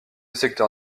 secteur